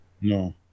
No